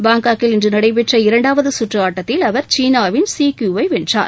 பாங்காக்கில் இன்று நடைபெற்ற இரண்டாவது கற்று ஆட்டத்தில் அவர் சீனாவின் ஸி க்யூ ஐ வென்றார்